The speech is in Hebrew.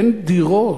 אין דירות,